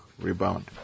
Rebound